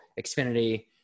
Xfinity